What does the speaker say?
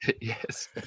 Yes